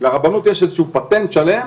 לרבנות יש איזה שהוא פטנט שלם